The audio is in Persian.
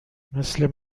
مثل